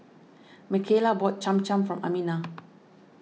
Mikaila bought Cham Cham for Amina